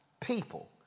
People